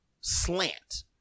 slant